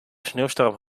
sneeuwstorm